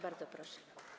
Bardzo proszę.